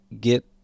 get